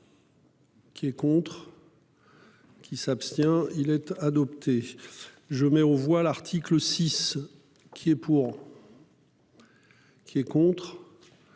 Qui est contre. Qui s'abstient-il être adopté. Je mets aux voix l'article 6 qui est pour.-- Qui est contre.